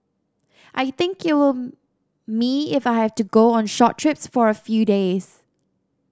I think it will me if I have to go on short trips for a few days